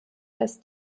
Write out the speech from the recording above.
dass